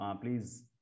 please